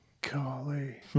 Golly